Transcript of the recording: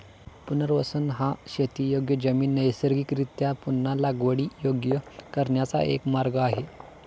पुनर्वसन हा शेतीयोग्य जमीन नैसर्गिकरीत्या पुन्हा लागवडीयोग्य करण्याचा एक मार्ग आहे